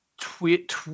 tweet